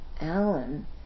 Alan